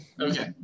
Okay